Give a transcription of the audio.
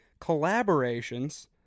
collaborations